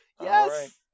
Yes